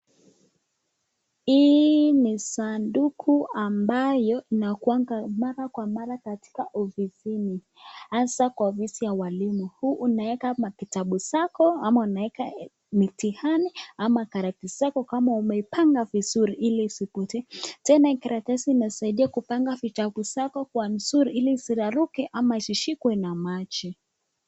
Hii ni sanduku ambayo inakuanga mara kwa mara katika ofisini. Hasa kwa ofisi ya walimu. Huu unaeka makitabu zako, ama unaeka mitihani ama karatasi zako kama umepanga vizuri ili isipotee. Tena hii karatasi inasaidia kupanga vitabu zako kwa nzuri ili isiraruke ama isishikwe na maji.